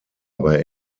aber